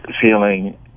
feeling